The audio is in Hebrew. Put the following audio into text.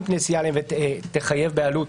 תחייב בעלות,